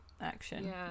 action